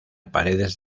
paredes